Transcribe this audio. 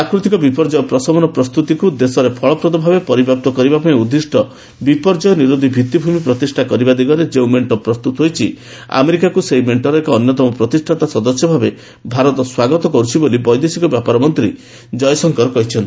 ପ୍ରାକୃତିକ ବିପର୍ଯ୍ୟୟ ପ୍ରଶମନ ପ୍ରସ୍ତୁତିକୁ ଦେଶରେ ଫଳପ୍ରଦଭାବେ ପରିବ୍ୟାପ୍ତ କରିବା ପାଇଁ ଉଦ୍ଦିଷ୍ଟ ବିପର୍ଯ୍ୟୟ ନିରୋଧୀ ଭିଭି଼ମି ପ୍ରତିଷ୍ଠା କରିବା ଦିଗରେ ଯେଉଁ ମେଣ୍ଟ ପ୍ରସ୍ତୁତ ହୋଇଛି ଆମେରିକାକୁ ସେହି ମେଷ୍ଟର ଏକ ଅନ୍ୟତମ ପ୍ରତିଷ୍ଠାତା ସଦସ୍ୟ ଭାବେ ଭାରତ ସ୍ୱାଗତ କରୁଛି ବୋଲି ବୈଦେଶିକ ବ୍ୟାପାର ମନ୍ତ୍ରୀ ଜୟଶଙ୍କର କହିଚ୍ଛନ୍ତି